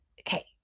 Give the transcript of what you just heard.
Okay